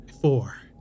four